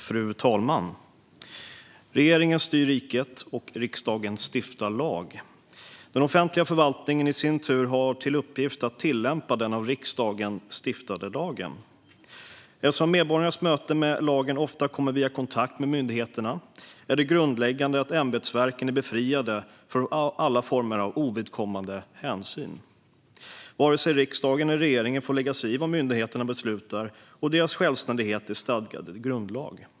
Fru talman! Regeringen styr riket, och riksdagen stiftar lag. Den offentliga förvaltningen i sin tur har till uppgift att tillämpa den av riksdagen stiftade lagen. Eftersom medborgarnas möte med lagen ofta kommer via kontakt med myndigheterna är det grundläggande att ämbetsverken är befriade från alla former av ovidkommande hänsyn. Varken riksdagen eller regeringen får lägga sig i vad myndigheterna beslutar, och deras självständighet är stadgad i grundlag.